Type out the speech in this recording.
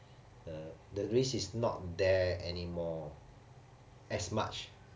the risk is not there anymore as much